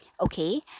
Okay